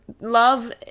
love